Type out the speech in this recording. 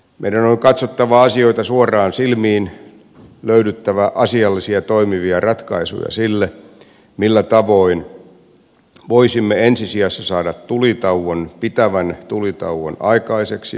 meidän on katsottava asioita suoraan silmiin löydettävä asiallisia toimivia ratkaisuja siihen millä tavoin voisimme ensi sijassa saada pitävän tulitauon aikaiseksi ukrainassa